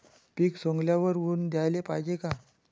पीक सवंगल्यावर ऊन द्याले पायजे का?